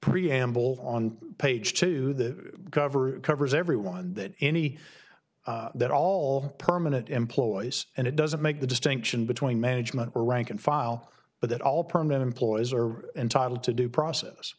preamble on page two the cover covers everyone that any that all permanent employees and it doesn't make the distinction between management or rank and file but that all permanent employees are entitled to due process